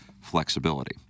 flexibility